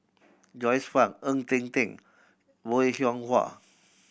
Joyce Fan Ng Eng Teng Bong Hiong Hwa